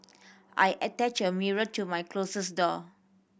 I attached a mirror to my closet door